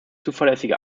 zuverlässige